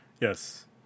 Yes